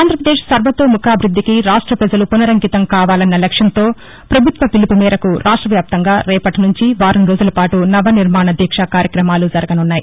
ఆంధ్రప్రదేశ్ సర్వతోముఖాభివృద్దికి రాష్ట్రపజలు పునరంకితం కావాలన్న లక్ష్యంతో పభుత్వ పిలుపుమేరకు రాష్టవ్యాప్తంగా రేపటినుంచి వారంరోజులపాటు నవ నిర్మాణ దీక్ష కార్యక్రమాలు జరగనున్నాయి